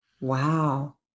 Wow